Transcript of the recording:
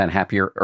Happier